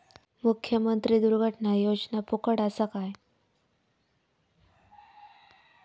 मुख्यमंत्री दुर्घटना योजना फुकट असा काय?